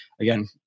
again